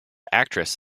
actress